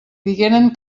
digueren